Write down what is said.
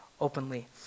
openly